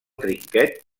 trinquet